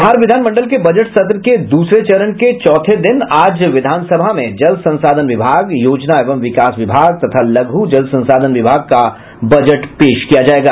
बिहार विधान मंडल के बजट सत्र के दूसरे चरण के चौथे दिन आज विधान सभा में जल संसाधन विभाग योजना एवं विकास विभाग तथा लघु जल संसाधन विभाग का बजट पेश किया जायेगा